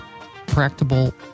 practical